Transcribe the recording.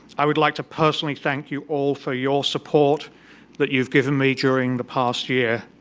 i would like to personally thank you all for your support that you've given me during the past year,